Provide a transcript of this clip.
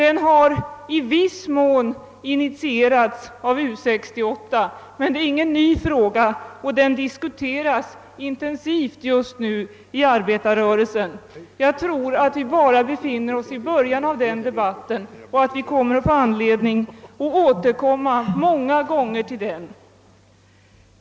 I viss mån har den initierats av U 68, men frågan är inte ny, och den diskuteras just nu intensivt inom arbetarrörelsen. Jag tror att vi bara befinner oss i början av den debatten och att vi får anledning att återkomma till den många gånger.